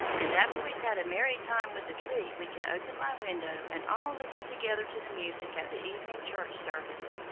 and after we've had a merry time with the tree we can open my window and all listen together to the music at the evening church-service,